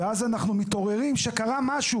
ואז אנחנו מתעוררים כשקרה משהו.